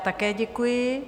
Také děkuji.